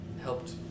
helped